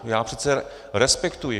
Já přece respektuji.